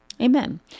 Amen